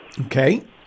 Okay